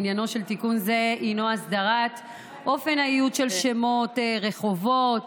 עניינו של תיקון זה הוא הסדרת אופן האיות של שמות של רחובות,